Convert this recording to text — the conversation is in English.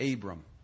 Abram